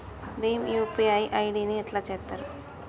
Bhim UPI ID ని ఎట్లా చేత్తరు?